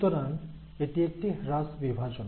সুতরাং এটি একটি হ্রাসবিভাজন